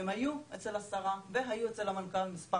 הם היו אצל השרה והיו אצל המנכ"ל מספר